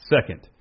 Second